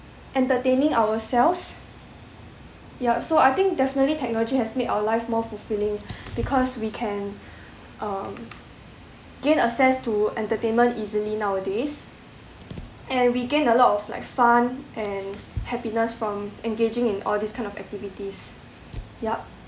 entertaining ourselves ya so I think definitely technology has made our life more fulfilling because we can uh gain access to entertainment easily nowadays and we gain a lot of like fun and happiness from engaging in all these kind of activities yup